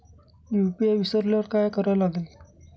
UPI विसरल्यावर काय करावे लागेल?